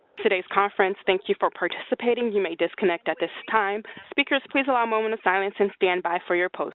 today s conference. thank you for participating. you may disconnect at this time. speakers, please allow a moment of silence and stand by for your post.